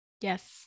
yes